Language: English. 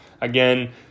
again